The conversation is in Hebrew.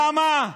למה?